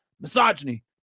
Misogyny